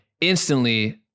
instantly